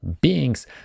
beings